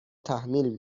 تحمیل